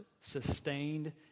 sustained